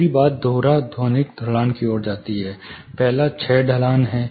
पूरी बात दोहरा ध्वनिक ढलान की ओर जाति है पहला क्षय ढलान है